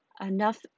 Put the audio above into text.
enough